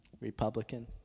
Republican